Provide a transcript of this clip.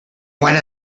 one